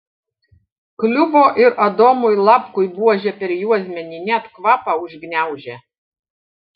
kliuvo ir adomui lapkui buože per juosmenį net kvapą užgniaužė